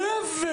זה לא יפה.